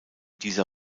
dieser